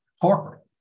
corporate